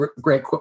great